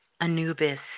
Anubis